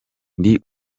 ndi